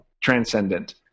transcendent